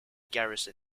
garrison